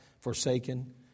forsaken